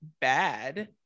bad